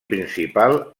principal